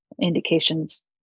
indications